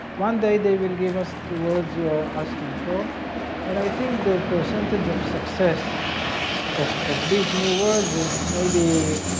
one day they will give us the words you are asking for and i think the percentage of success of of these new words, it be.